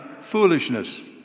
foolishness